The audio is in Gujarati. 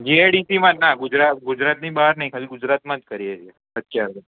જીએડીસીમાં ના ગુજરાત ગુજરાતની બહાર નહીં ખાલી ગુજરાતમાં જ કરીયે છે અતયારે